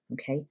okay